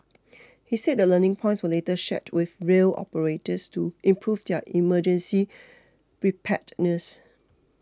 he said the learning points were later shared with rail operators to improve their emergency preparedness